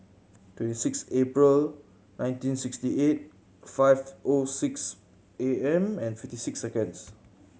twenty six April nineteen sixty eight five O six A M and fifty six seconds